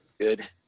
Good